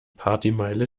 partymeile